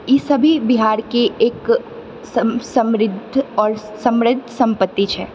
ई सभी बिहारके एक समृद्ध आओर समृद्ध सम्पति छै